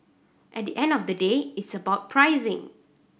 at the end of the day it's about pricing